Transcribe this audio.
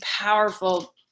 powerful